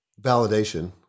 validation